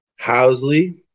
Housley